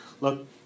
look